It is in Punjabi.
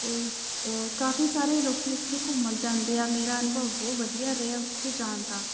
ਅਤੇ ਕਾਫੀ ਸਾਰੇ ਲੋਕ ਉੱਥੇ ਘੁੰਮਣ ਜਾਂਦੇ ਆ ਮੇਰਾ ਅਨੁਭਵ ਬਹੁਤ ਵਧੀਆ ਰਿਹਾ ਉੱਥੇ ਜਾਣ ਦਾ